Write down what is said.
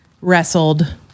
wrestled